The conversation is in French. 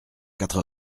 quatre